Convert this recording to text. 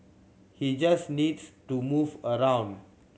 he just needs to move around